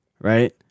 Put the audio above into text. right